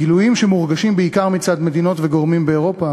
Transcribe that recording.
גילויים שמורגשים בעיקר מצד מדינות וגורמים באירופה,